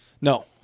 No